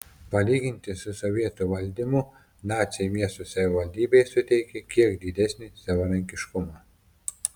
palyginti su sovietų valdymu naciai miesto savivaldybei suteikė kiek didesnį savarankiškumą